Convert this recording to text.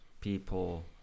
people